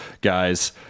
guys